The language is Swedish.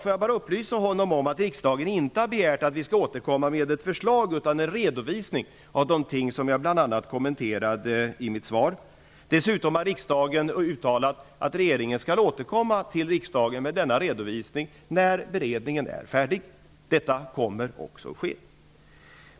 Får jag bara upplysa honom om att riksdagen inte har begärt att vi skall återkomma med förslag utan med en redovisning av de ting som jag bl.a. kommenterade i mitt svar. Dessutom har riksdagen uttalat att regeringen skall återkomma till riksdagen med denna redovisning när beredningen är färdig. Detta kommer också att ske.